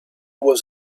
was